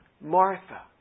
Martha